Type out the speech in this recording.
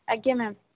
ଆଜ୍ଞା ମ୍ୟାମ୍